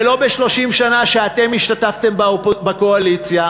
ולא ב-30 השנה שאתם השתתפתם בקואליציה,